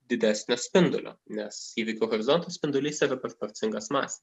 didesnio spindulio nes įvykių horizonto spindulys yra proporcingas masei